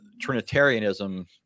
Trinitarianism